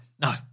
No